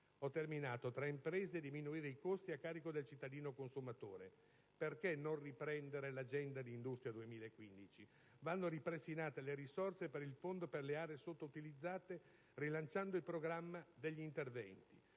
concorrenza tra imprese e diminuire i costi a carico del cittadino consumatore (perché non riprendere l'agenda Industria 2015?). Vanno ripristinate le risorse del Fondo per le aree sottoutilizzate, rilanciando il programma degli interventi.